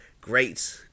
great